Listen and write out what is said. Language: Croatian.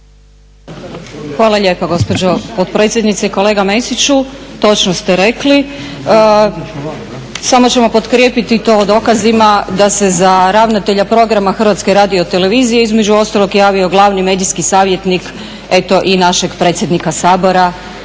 Hvala lijepa gospođo potpredsjednice. Kolega Mesiću točno ste rekli, samo ćemo potkrijepiti to dokazima da se za ravnatelja Programa HRT-a između ostalog javio glavni medijski savjetnik eto i našeg predsjednika Sabora.